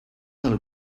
del